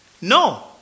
No